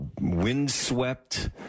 windswept